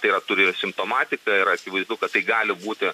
tai yra turėjo simptomatiką ir akivaizdu kad tai gali būti